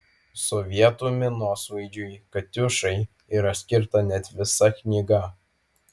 sovietų minosvaidžiui katiušai yra skirta net visa knyga